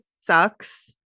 sucks